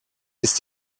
ist